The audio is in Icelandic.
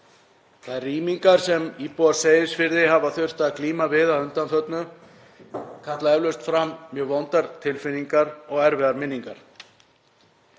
Þær rýmingar sem íbúar á Seyðisfirði hafa þurft að glíma við að undanförnu kalla eflaust fram mjög vondar tilfinningar og erfiðar minningar.